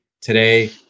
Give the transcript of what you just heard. today